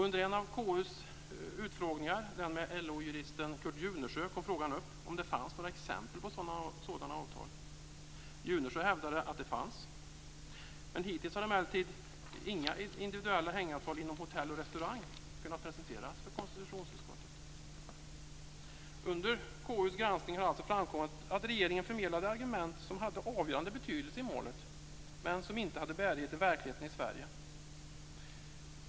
Under en av KU:s utfrågningar, med LO-juristen Kurt Junesjö, kom frågan upp om det fanns några exempel på sådana avtal. Junesjö hävdade att sådana fanns. Hittills har emellertid inga individuella hängavtal inom Hotell och Restaurang kunnat presenteras för KU. Under KU:s granskning har alltså framkommit att regeringen förmedlade argument som hade avgörande betydelse i målet, men som inte hade bärighet i verkligheten i Sverige.